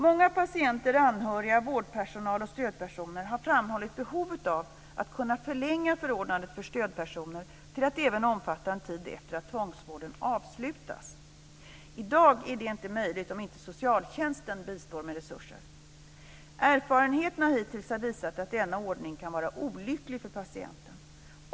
Många patienter, anhöriga, vårdpersonal och stödpersoner har framhållit behovet av att kunna förlänga förordnandet för stödpersoner till att även omfatta en tid efter att tvångsvården avslutats. I dag är detta inte möjligt om inte socialtjänsten bistår med resurser. Erfarenheterna hittills har visat att denna ordning kan vara olycklig för patienten.